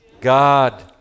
God